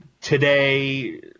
today